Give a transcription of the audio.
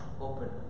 open